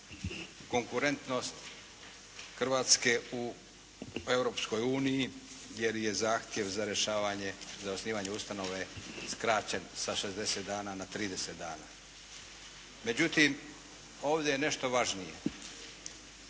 konkurentnost Hrvatske u Europskoj uniji jer je zahtjev za rješavanje, za osnivanje ustanove skraćen sa 60 dana na 30 dana. Međutim, ovdje je nešto važnije,